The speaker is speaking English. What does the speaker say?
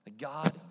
God